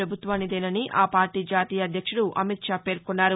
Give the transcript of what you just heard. పభుత్వానిదేనని ఆ పార్టీ జాతీయ అధ్యక్షుడు అమిత్ షా పేర్కొన్నారు